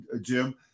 Jim